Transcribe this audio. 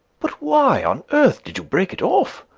but why on earth did you break it off?